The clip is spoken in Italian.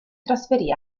trasferì